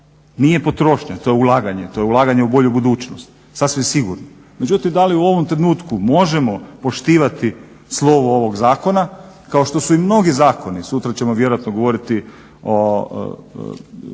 nije potrošnja, to je ulaganje. To je ulaganje u bolju budućnost, sasvim sigurno. Međutim da li u ovom trenutku možemo poštivati slovo ovog zakona kao što su i mnogi zakoni, sutra ćemo vjerojatno govoriti o